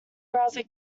browser